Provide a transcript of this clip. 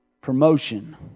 promotion